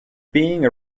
being